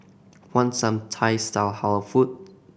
want some Thai style Halal food